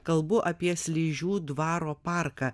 kalbu apie sližių dvaro parką